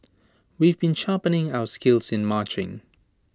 we've been sharpening our skills in marching